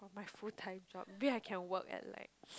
my full time job maybe I can work at like